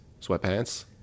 sweatpants